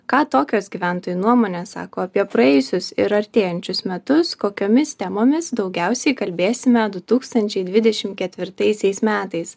ką tokios gyventojų nuomonės sako apie praėjusius ir artėjančius metus kokiomis temomis daugiausiai kalbėsime du tūkstančiai dvidešimt ketvirtaisiais metais